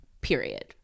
period